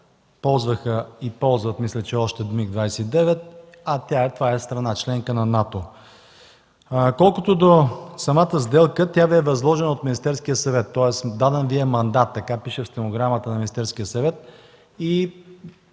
Полша ползваха и мисля, че още ползват МиГ-29, това е страна – членка на НАТО. Колкото до самата сделка, тя бе възложена от Министерския съвет. Тоест даден Ви е мандат. Така пише в стенограмата на Министерския съвет